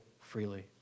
freely